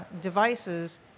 devices